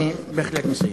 אני בהחלט מסיים.